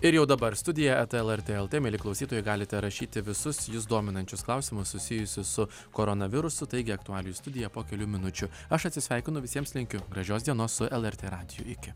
ir jau dabar studija eta lrt lt mieli klausytojai galite rašyti visus jus dominančius klausimus susijusius su koronavirusu taigi aktualijų studija po kelių minučių aš atsisveikinu visiems linkiu gražios dienos su lrt radiju iki